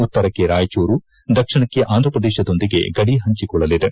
ಉತ್ತರಕ್ಕೆ ರಾಯಚೂರು ದಕ್ಷಿಣಕ್ಕೆ ಆಂದ್ರಪ್ರದೇಶದೊಂದಿಗೆ ಗಡಿ ಹಂಟಿಕೊಳ್ಳಲಿದೆ